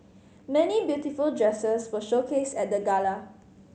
many beautiful dresses were showcased at the gala